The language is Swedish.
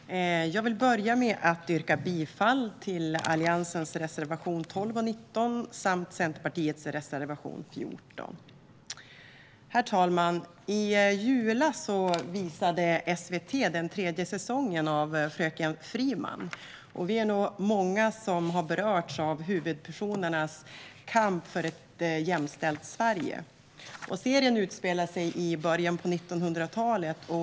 Herr talman! Jag vill börja med att yrka bifall till Alliansens reservationer 12 och 19 samt Centerpartiets reservation 14. Herr talman! I julas visade SVT den tredje säsongen av Fröken Friman . Vi är nog många som har berörts av huvudpersonernas kamp för ett jämställt Sverige. Serien utspelar sig i början av 1900-talet.